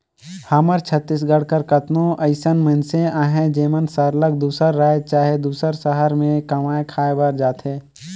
हमर छत्तीसगढ़ कर केतनो अइसन मइनसे अहें जेमन सरलग दूसर राएज चहे दूसर सहर में कमाए खाए बर जाथें